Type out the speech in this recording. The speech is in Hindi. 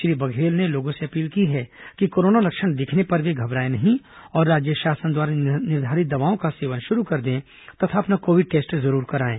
श्री बघेल ने लोगों से अपील की है कि कोरोना लक्षण दिखने पर वे घबराएं नहीं और राज्य शासन द्वारा निर्धारित दवाओं का सेवन शुरू कर दें तथा अपना कोविड टेस्ट जरूर कराएं